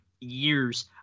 years